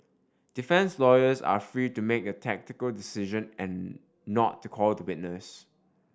defence lawyers are free to make the tactical decision and not to call a witness